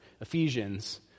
Ephesians